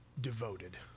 devoted